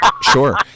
Sure